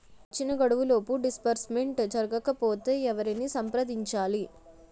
ఇచ్చిన గడువులోపు డిస్బర్స్మెంట్ జరగకపోతే ఎవరిని సంప్రదించాలి?